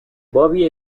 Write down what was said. bobby